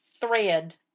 thread